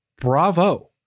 Bravo